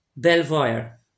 Belvoir